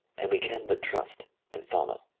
and we can but trust and follow.